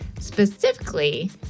specifically